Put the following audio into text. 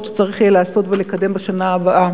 יותר שצריך יהיה לעשות ולקדם בשנה הבאה.